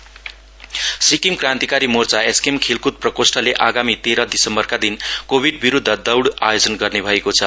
SKM Sikkim Krantikari Morcha SKM खेलकृद प्रकोष्ठले आगामी तेह्र दिसम्बरका दिन कोभिड विरुद्ध दौड़को आयोजना गर्ने भएको छ